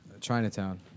Chinatown